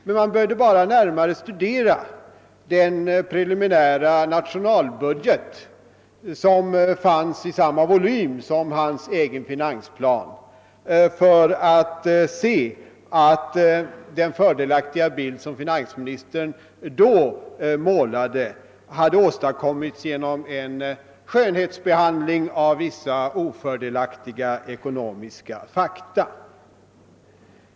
Men man behövde endast närmare studera den preliminära nationalbudget, vilken fanns i samma volym som hans egen finansplan, för att konstatera att den fördelaktiga bild finansministern då målade hade åstadkommits genom en skönhetsbehandling av vissa ofördelaktiga ekonomiska fakta.